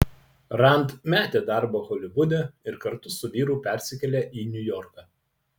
rand metė darbą holivude ir kartu su vyru persikėlė į niujorką